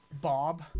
Bob